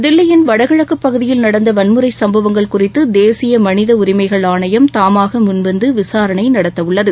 தில்லியின் வடகிழக்குப் பகுதியில் நடந்த வன்முறை சும்பவங்கள் குறித்து தேசிய மனித உரிமைகள் ஆணையம் தாமாக முன்வந்து விசாரணை நடத்தவுள்ளது